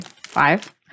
Five